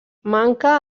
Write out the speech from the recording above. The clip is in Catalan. manca